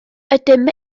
ydym